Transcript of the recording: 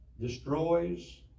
destroys